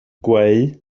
gweu